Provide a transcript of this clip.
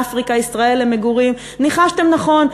"אפריקה ישראל למגורים"; ניחשתם נכון,